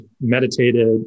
meditated